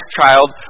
child